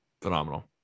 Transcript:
Phenomenal